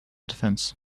defence